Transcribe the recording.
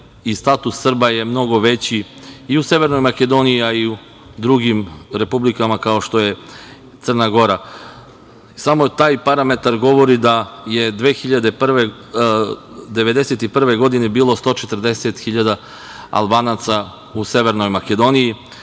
i status Srba je mnogo veći i u Severnoj Makedoniji, a i u drugim republikama, kao što je Crna Gora. Samo taj parametar govori da je 1991. godine bilo 140.000 Albanaca u Severnoj Makedoniji,